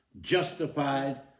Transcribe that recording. justified